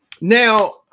Now